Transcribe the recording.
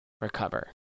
recover